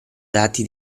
dati